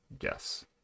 yes